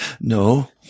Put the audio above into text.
No